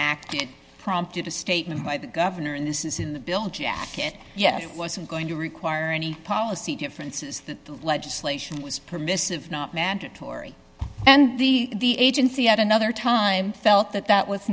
it prompted a statement by the governor and this is in the bill jacket yet it wasn't going to require any policy differences the legislation was permissive not mandatory and the agency at another time felt that that was